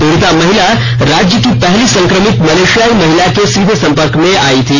पीड़ित महिला राज्य की पहली संक्रमित मलेशियाई महिला के सीधे संपर्क में आयी थी